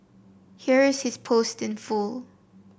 here is his post in full